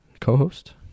co-host